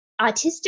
autistic